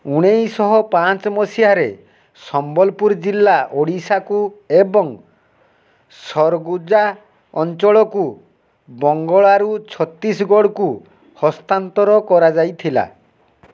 ଉଣେଇଶହ ପାଞ୍ଚ ମସିହାରେ ସମ୍ବଲପୁର ଜିଲ୍ଲା ଓଡ଼ିଶାକୁ ଏବଂ ସରଗୁଜା ଅଞ୍ଚଳକୁ ବଙ୍ଗଳାରୁ ଛତିଶଗଡ଼କୁ ହସ୍ତାନ୍ତର କରାଯାଇଥିଲା